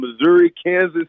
Missouri-Kansas